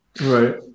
right